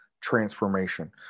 transformation